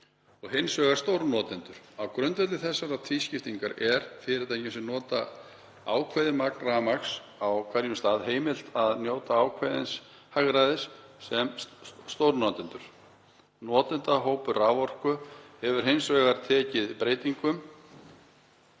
hins vegar stórnotendur. Á grundvelli þessarar tvískiptingar er fyrirtækjum, sem nota ákveðið magn raforku á hverjum stað, heimilt að njóta ákveðins hagræðis sem stórnotendur. Notendahópur raforku hefur hins vegar tekið breytingum